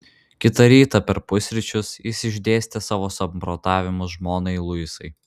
kitą rytą per pusryčius jis išdėstė savo samprotavimus žmonai luisai